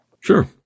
Sure